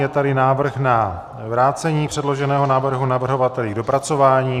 Je tady návrh na vrácení předloženého návrhu navrhovateli k dopracování.